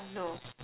oh no